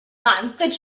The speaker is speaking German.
manfred